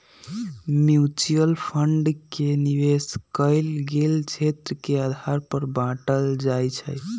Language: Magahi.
म्यूच्यूअल फण्ड के निवेश कएल गेल क्षेत्र के आधार पर बाटल जाइ छइ